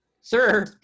Sir